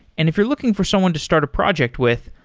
and if you're looking for someone to start a project with,